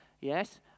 yes